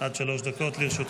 עד שלוש דקות לרשותך.